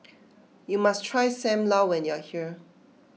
you must try Sam Lau when you are here